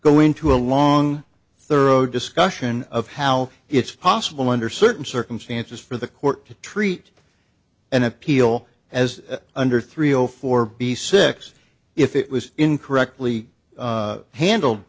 go into a long thorough discussion of how it's possible under certain circumstances for the court to treat an appeal as under three o four b six if it was incorrectly handled